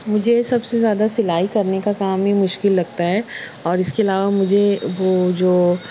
مجھے سب سے زیادہ سلائی کرنے کا کام بھی مشکل لگتا ہے اور اس کے علاوہ مجھے وہ جو